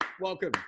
Welcome